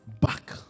back